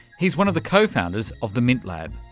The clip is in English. he's one of the co-founders of the mint lab,